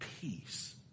peace